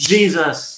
Jesus